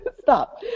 stop